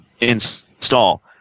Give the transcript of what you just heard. install